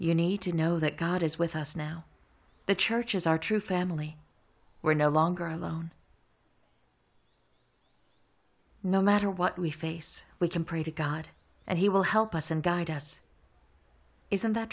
you need to know that god is with us now the churches are true family we're no longer alone no matter what we face we can pray to god and he will help us and guide us isn't that